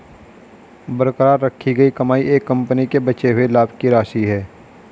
बरकरार रखी गई कमाई एक कंपनी के बचे हुए लाभ की राशि है